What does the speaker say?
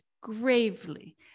gravely